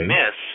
miss